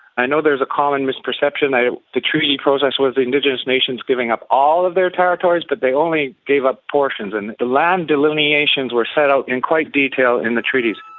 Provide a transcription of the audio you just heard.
i know there is a common misperception that the treaty process was indigenous nations giving up all of their territories, but they only gave up portions. and the land delineations were set out in quite detail in the treaties.